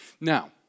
Now